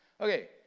Okay